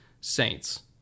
Saints